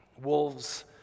Wolves